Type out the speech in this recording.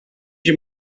you